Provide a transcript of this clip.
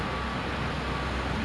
fifth sixth day